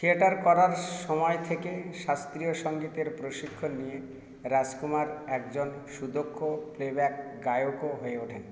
theatre করার সময় থেকে শাস্ত্রীয় সংগীতের প্রশিক্ষণ নিয়ে রাজকুমার একজন সুদক্ষ প্লে ব্যাক গায়কও হয়ে ওঠেন